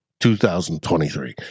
2023